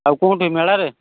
ଆଉ କେଉଁଠି ମେଳାରେ